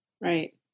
Right